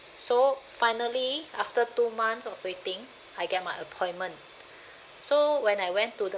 so finally after two month of waiting I get my appointment so when I went to the